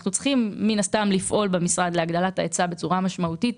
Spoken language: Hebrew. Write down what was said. אנחנו צריכים לפעול במשרד להגדלת ההיצע בצורה משמעותית,